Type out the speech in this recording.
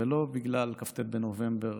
ולא בגלל כ"ט בנובמבר,